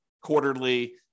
quarterly